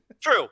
True